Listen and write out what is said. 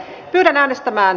miten äänestämään